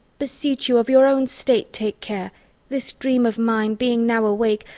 beseech you, of your own state take care this dream of mine, being now awake,